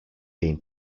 been